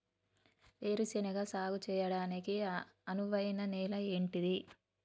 వేరు శనగ సాగు చేయడానికి అనువైన నేల ఏంటిది?